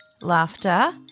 laughter